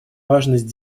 важность